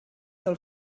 del